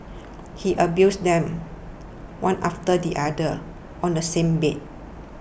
he abused them one after the other on the same bed